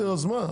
בסדר, אז מה?